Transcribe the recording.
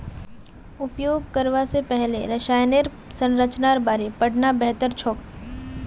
उपयोग करवा स पहले रसायनेर संरचनार बारे पढ़ना बेहतर छोक